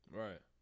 right